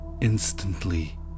Instantly